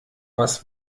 was